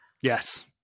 Yes